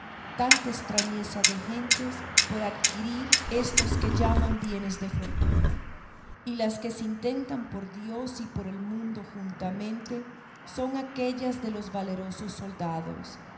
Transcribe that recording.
tanta estrañeza de gentes por adquirir estos que llaman bienes de fortuna y las que se intentan por dios y por el mundo juntamente son aquellas de los valerosos soldados